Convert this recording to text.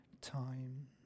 time